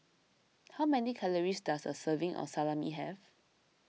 how many calories does a serving of Salami have